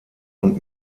und